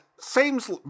Seems